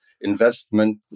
investment